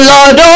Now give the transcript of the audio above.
Lord